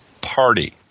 Party